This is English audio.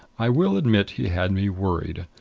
i will admit he had me worried.